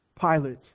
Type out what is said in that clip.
Pilate